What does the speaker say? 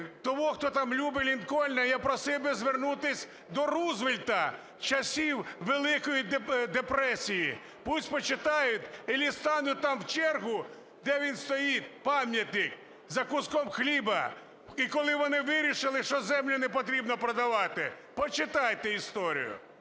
того, хто там любить Лінкольна, я просив би звернутись до Рузвельта часів Великої депресії. Пусть почитають или стануть там в чергу, де він стоїть, пам'ятник, за куском хліба, і коли вони вирішили, що землю не потрібно продавати. Почитайте історію.